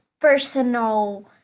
personal